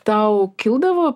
tau kildavo